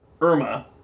Irma